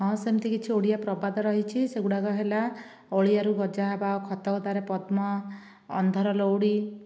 ହଁ ସେମିତି କିଛି ଓଡ଼ିଆ ପ୍ରବାଦ ରହିଚି ସେଗୁଡ଼ାକ ହେଲା ଅଳିଆରୁ ଗଜା ହେବା ଖତ ଗଦାରେ ପଦ୍ମ ଅନ୍ଧର ଲଉଡ଼ି